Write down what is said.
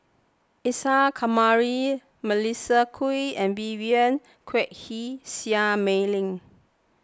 Isa Kamari Melissa Kwee and Vivien Quahe Seah Mei Lin